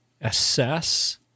assess